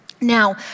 Now